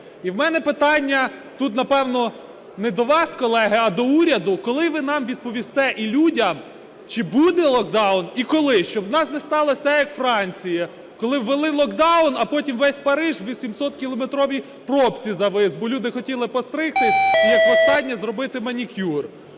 І в мене питання тут, напевно, не до вас, колеги, а до уряду: коли ви нам відповісте і людям, чи буде локдаун і коли. Щоб у нас не сталося так, як у Франції, коли ввели локдаун, а потім весь Париж у 800-кілометровій пробці завис, бо люди хотіли постригтись і, як востаннє, зробити манікюр.